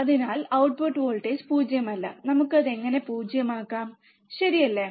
അതിനാൽ output voltage 0 അല്ല നമുക്ക് അത് എങ്ങനെ 0 ആക്കാം ശരിയല്ലേ